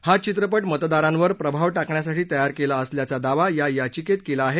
हा चित्रपट मतदारांवर प्रभाव टाकण्यासाठी तयार केला असल्याचा दावा या याचिकेत केला आहे